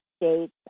states